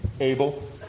Abel